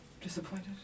Disappointed